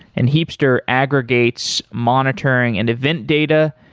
and heapster aggregates monitoring and event data.